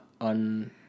on